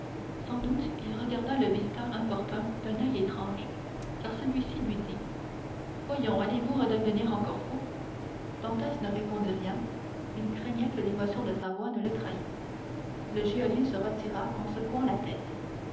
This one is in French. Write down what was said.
sans doute il regarda le visiteur importun d'un oeil étrange car celui-ci lui dit voyons allez-vous redevenir encore fou dantès ne répondit rien il craignait que l'émotion de sa voix ne le trahît le geôlier se retira en secouant la tête